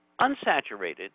Unsaturated